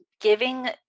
giving